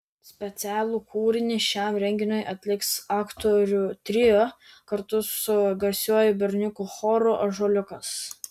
specialų kūrinį šiam renginiui atliks aktorių trio kartu su garsiuoju berniukų choru ąžuoliukas